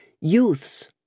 youths